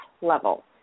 level